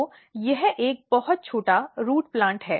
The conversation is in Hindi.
तो यह एक बहुत छोटा रूट प्लांट है